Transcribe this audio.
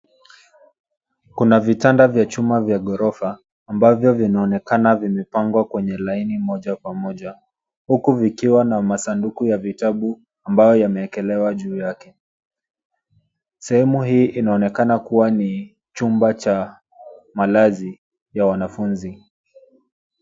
Kuna vitanda vya chuma vya ghorofa ambavyo vinaonekana vimepangwa kwenye laini moja kwa moja huku vikiwa na masanduku ya vitabu ambayo yameekelewa juu yake. Sehemu hii inaonekana kuwa ni chumba cha malazi ya wanafunzi.